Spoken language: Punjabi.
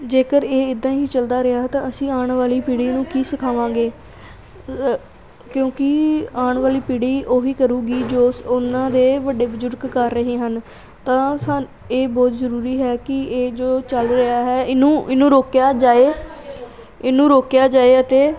ਜੇਕਰ ਇਹ ਇੱਦਾਂ ਹੀ ਚੱਲਦਾ ਰਿਹਾ ਤਾਂ ਅਸੀਂ ਆਉਣ ਵਾਲੀ ਪੀੜ੍ਹੀ ਨੂੰ ਕੀ ਸਿਖਾਵਾਂਗੇ ਕਿਉਂਕਿ ਆਉਣ ਵਾਲੀ ਪੀੜ੍ਹੀ ਉਹੀ ਕਰੇਗੀ ਜੋ ਉਹਨਾਂ ਦੇ ਵੱਡੇ ਬਜ਼ੁਰਗ ਕਰ ਰਹੇ ਹਨ ਤਾਂ ਸਾਨੂੰ ਇਹ ਬਹੁਤ ਜ਼ਰੂਰੀ ਹੈ ਕਿ ਇਹ ਜੋ ਚੱਲ ਰਿਹਾ ਹੈ ਇਹਨੂੰ ਇਹਨੂੰ ਰੋਕਿਆ ਜਾਏ ਇਹਨੂੰ ਰੋਕਿਆ ਜਾਏ ਅਤੇ